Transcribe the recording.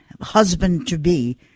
husband-to-be